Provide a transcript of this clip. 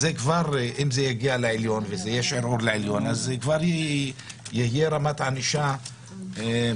אז אם זה יגיע לעליון ויש ערעור לעליון אז כבר תהיה רמת ענישה ומתחם